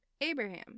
abraham